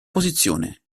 posizione